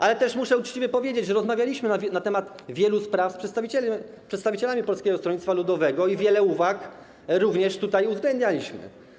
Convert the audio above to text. Ale też muszę uczciwie powiedzieć, że rozmawialiśmy na temat wielu spraw z przedstawicielami Polskiego Stronnictwa Ludowego i wiele uwag również tutaj uwzględnialiśmy.